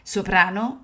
Soprano